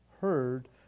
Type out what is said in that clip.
heard